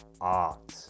art